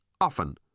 often